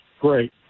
great